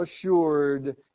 assured